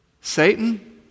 Satan